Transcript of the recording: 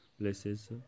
places